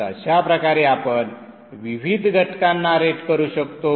तर अशा प्रकारे आपण विविध घटकांना रेट करू शकतो